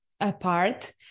apart